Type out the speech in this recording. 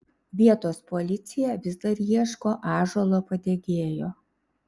vietos policija vis dar ieško ąžuolo padegėjo